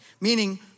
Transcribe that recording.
meaning